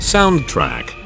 Soundtrack